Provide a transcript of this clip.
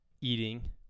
eating